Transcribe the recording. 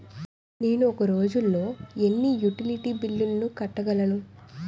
నేను ఒక రోజుల్లో ఎన్ని యుటిలిటీ బిల్లు కట్టగలను?